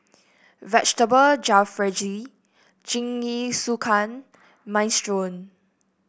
Vegetable Jalfrezi Jingisukan Minestrone